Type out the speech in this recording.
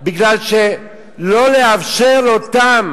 כדי לא לאפשר לאותם